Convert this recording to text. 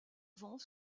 vent